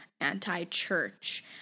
anti-church